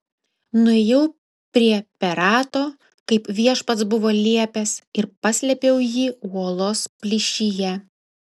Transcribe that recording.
nuėjau prie perato kaip viešpats buvo liepęs ir paslėpiau jį uolos plyšyje